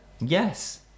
Yes